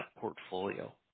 portfolio